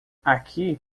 aqui